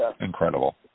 incredible